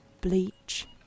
bleach